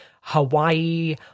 Hawaii